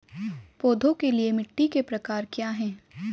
पौधों के लिए मिट्टी के प्रकार क्या हैं?